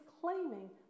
claiming